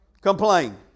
Complain